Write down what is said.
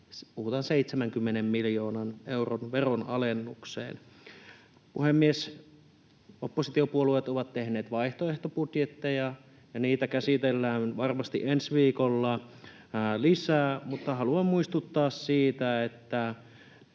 puhutaan, 70 miljoonan euron veronalennukseen. Puhemies! Oppositiopuolueet ovat tehneet vaihtoehtobudjetteja ja niitä käsitellään varmasti ensi viikolla lisää, mutta haluan muistuttaa siitä, että